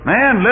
Man